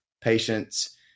patients